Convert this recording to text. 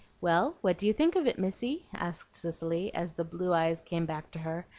well, what do you think of it, missy? asked cicely, as the blue eyes came back to her,